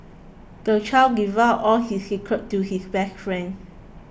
the child divulged all his secrets to his best friend